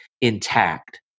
intact